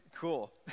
cool